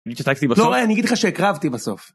אני שתקתי בסוף, לא לא אני אגיד לך שהקרבתי בסוף.